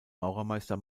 maurermeister